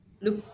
Look